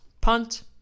punt